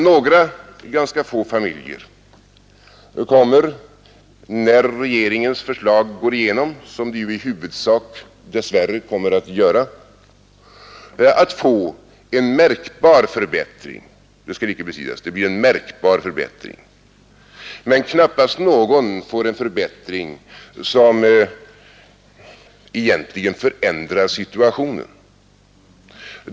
Några familjer kommer när regeringens förslag går igenom, som det ju i huvudsak dess värre kommer att göra, att få en märkbar förbättring — det skall inte bestridas. Men knappast någon får en förbättring som egentligen förändrar situationen.